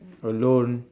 alone